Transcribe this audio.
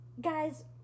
guys